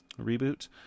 reboot